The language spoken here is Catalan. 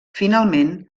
finalment